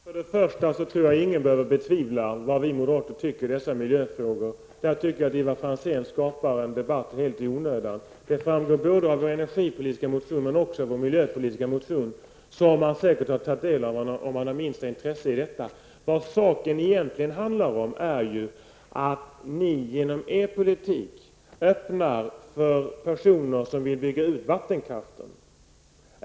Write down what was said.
Herr talman! Jag skall fatta mig mycket kort. För det första tror jag att ingen skall behöva vara okunnig om vad moderaterna tycker i dessa miljöfrågor. Jag tycker att Ivar Franzén skapar en debatt helt i onödan. Det framgår både av vår energipolitiska motion och vår miljöpolitiska motion, som han säkert har tagit del av. Vad saken egentligen handlar om är att ni genom er politik öppnar för personer som vill bygga ut vattenkraften.